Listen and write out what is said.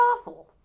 awful